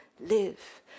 live